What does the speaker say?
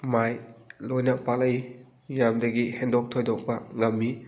ꯃꯥꯏ ꯂꯣꯏꯅ ꯄꯥꯛꯂꯛꯏ ꯃꯤꯌꯥꯝꯗꯒꯤ ꯍꯦꯟꯗꯣꯛ ꯊꯣꯏꯗꯣꯛꯄ ꯉꯝꯃꯤ